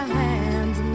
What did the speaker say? hands